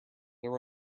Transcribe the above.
there